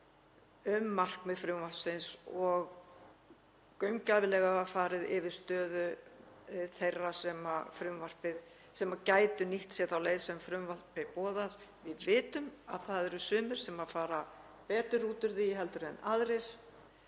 um markmið frumvarpsins og gaumgæfilega farið yfir stöðu þeirra sem gætu nýtt sér þá leið sem frumvarpið boðar. Við vitum að það eru sumir sem fara betur út úr því heldur en aðrir